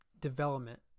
development